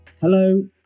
Hello